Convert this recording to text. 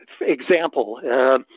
example